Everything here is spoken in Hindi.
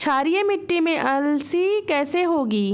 क्षारीय मिट्टी में अलसी कैसे होगी?